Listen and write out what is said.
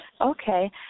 Okay